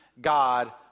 God